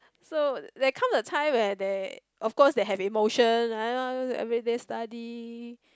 so there come a time where there of course they have emotion everyday study